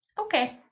Okay